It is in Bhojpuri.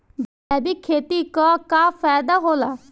जैविक खेती क का फायदा होला?